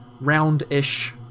round-ish